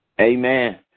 Amen